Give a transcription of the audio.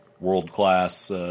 world-class